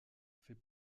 fait